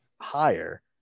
higher